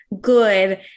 good